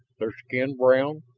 their skin brown,